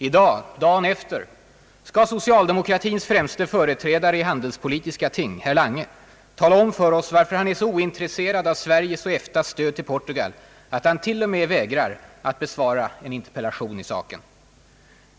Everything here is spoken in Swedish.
I dag, dagen efter, skall socialdemokratins främste företrädare i handelspolitiska ting, herr Lange, tala om för oss varför han är så ointresserad av Sveriges och EFTA:s stöd till Portugal att han t.o.m. vägrar att besvara en interpellation i saken.